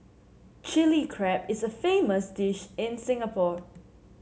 Chilli Crab is a famous dish in Singapore